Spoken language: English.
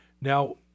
Now